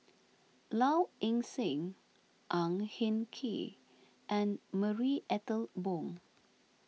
Low Ing Sing Ang Hin Kee and Marie Ethel Bong